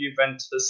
Juventus